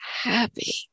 happy